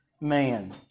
man